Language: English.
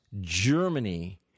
Germany